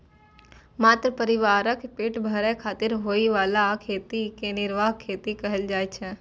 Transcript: मात्र परिवारक पेट भरै खातिर होइ बला खेती कें निर्वाह खेती कहल जाइ छै